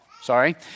sorry